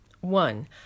One